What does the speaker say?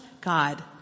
God